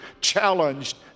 challenged